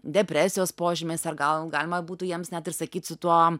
depresijos požymiais ar gal galima būtų jiems net ir sakyt su tuo